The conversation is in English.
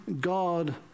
God